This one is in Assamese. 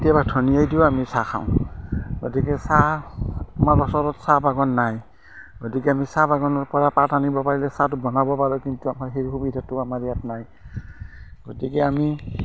কেতিয়াবা ধনিয়াই দিও আমি চাহ খাওঁ গতিকে চাহ আমাৰ ওচৰত চাহ বাগান নাই গতিকে আমি চাহ বাগানৰপৰা পাত আনিব পাৰিলে চাহটো বনাব পাৰোঁ কিন্তু আমাৰ সেই সুবিধাটো আমাৰ ইয়াত নাই গতিকে আমি